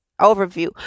overview